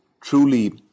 truly